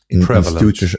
Prevalent